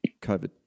COVID